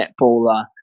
netballer